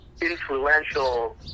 influential